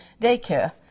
daycare